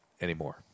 anymore